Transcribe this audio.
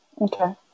Okay